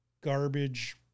garbage